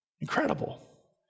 Incredible